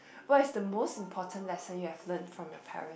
what is the most important lesson you have learn from your parent